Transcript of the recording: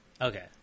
okay